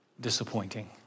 disappointing